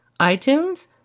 iTunes